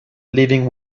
living